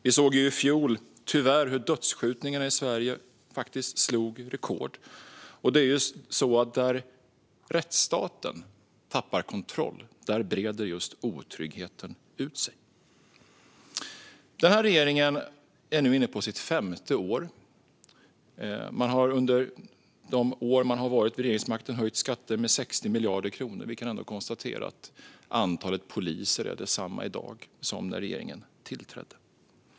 Vi såg i fjol tyvärr hur dödskjutningarna i Sverige slog rekord. Där rättsstaten tappar kontroll breder just otryggheten ut sig. Den här regeringen är nu inne på sitt femte år. Man har under de år man har varit vid regeringsmakten höjt skatter med 60 miljarder kronor. Vi kan ändå konstatera att antalet poliser är detsamma i dag som när regeringen tillträdde.